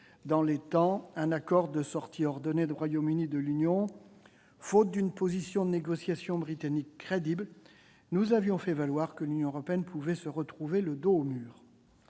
dans les temps un accord de sortie ordonnée du Royaume-Uni de l'Union. Faute d'une position de négociation britannique crédible, nous avions fait valoir que l'Union européenne pouvait se retrouver le dos au mur.